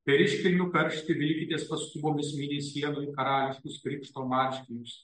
per iškilmių karštį vilkitės paskubomis mėnesienoj karališkus krikšto marškinius